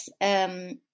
Yes